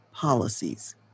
Policies